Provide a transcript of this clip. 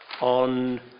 on